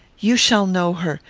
you shall know her.